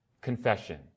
confession